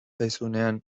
zaizunean